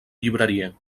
llibreria